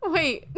Wait